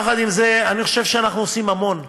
יחד עם זה, אני חושב שאנחנו עושים המון,